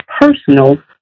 personal